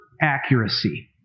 accuracy